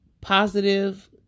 positive